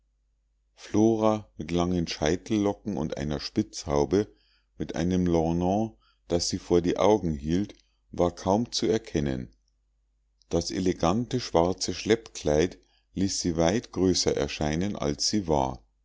flora mit langen scheitellocken und einer spitzenhaube mit einem lorgnon das sie vor die augen hielt war kaum zu erkennen das elegante schwarze schleppkleid ließ sie weit größer erscheinen als sie war